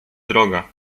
droga